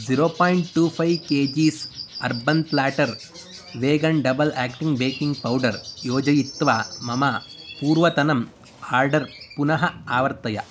zero point two five kgs urban platter vegan double acting baking powder योजयित्वा मम पूर्वतनम् order पुनः आवर्तय